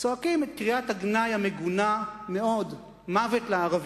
צועקים את קריאת הגנאי המגונה מאוד "מוות לערבים".